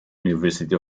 university